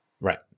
Right